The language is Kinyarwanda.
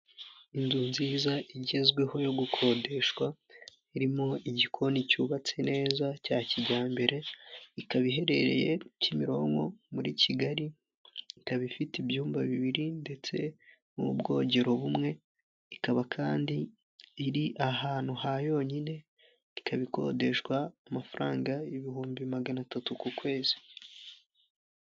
Inzu nziza igezweho yo gukodeshwa irimo igikoni cyubatse neza cya kijyambere ikaba iherereye Kimironko muri Kigali, ikaba ifite ibyumba bibiri ndetse n'ubwogero bumwe ikaba kandi iri ahantu ha yonyine ikabikodeshwa amafaranga ibihumbi magana atatu ku kwezi.